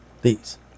Please